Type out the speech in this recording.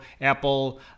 Apple